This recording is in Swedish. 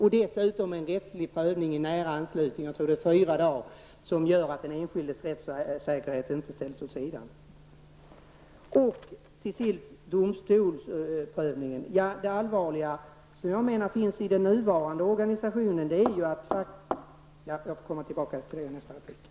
Dessutom skall en rättslig prövning göras i nära anslutning -- jag tror det är fyra dagar -- vilket gör att den enskildes rättssäkerhet inte ställs åt sidan. Det allvarliga i domstolsprövningens nuvarande organisation menar jag är --. Jag får återkomma till detta i nästa replik.